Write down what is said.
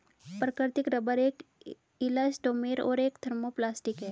प्राकृतिक रबर एक इलास्टोमेर और एक थर्मोप्लास्टिक है